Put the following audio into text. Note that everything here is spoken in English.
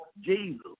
Jesus